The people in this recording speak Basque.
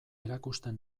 erakusten